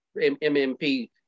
MMP